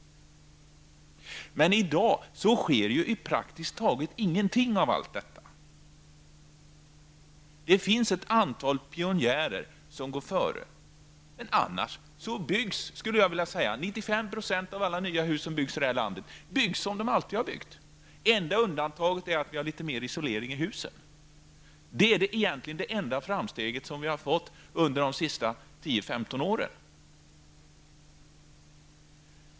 Men i dag sker praktiskt taget ingenting. Det finns ett antal pionjärer, men annars byggs 95 % av alla nya hus, skulle jag vilja påstå, som de alltid har byggts. Enda undantaget är att vi har mer isolering i husen. Det är egentligen det enda framsteg som vi har gjort under de senaste 10--15 åren.